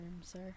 sir